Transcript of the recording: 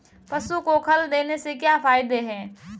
पशु को खल देने से क्या फायदे हैं?